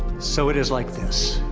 so it is like this.